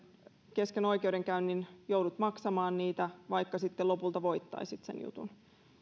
kesken oikeudenkäynnin joudut maksamaan kuluja vaikka sitten lopulta voittaisit sen jutun